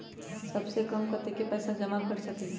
सबसे कम कतेक पैसा जमा कर सकेल?